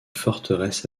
forteresse